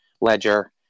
ledger